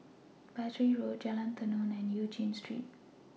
Battery Road Jalan Tenon and EU Chin Street